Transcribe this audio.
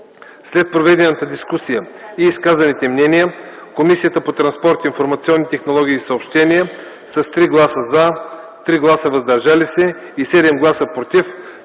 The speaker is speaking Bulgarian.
След проведената дискусия и изказаните мнения, Комисията по транспорт, информационни технологии и съобщения с 3 гласа “за”, 3 гласа “въздържали се” и 7 гласа “против”